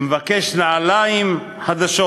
שמבקש נעליים חדשות: